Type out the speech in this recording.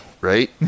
right